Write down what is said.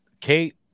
Kate